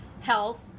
health